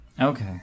Okay